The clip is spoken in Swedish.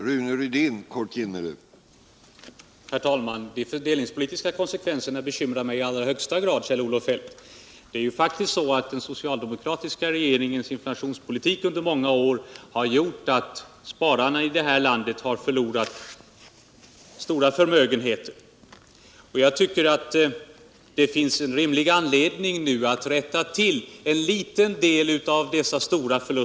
Herr talman! De fördelningspolitiska konsekvenserna bekymrar mig i allra högsta grad, Kjell-Olof Feldt. Det är faktiskt så at den socialdemokratiska regeringens inflationspolitik under många år har gjort att spararna i vårt land förlorat stora förmögenheter. Jag tycker att det nu finns rimlig anledning att rätta till en liten del av detta.